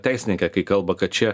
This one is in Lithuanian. teisininkė kai kalba kad čia